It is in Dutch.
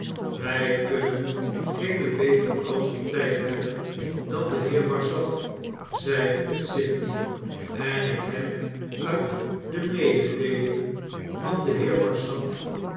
wg kunnen geene betere autoriteit hebben dan den heer barsad zei sydney en ik heb uit de mededeelingen van den heer barsad